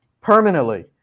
permanently